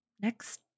next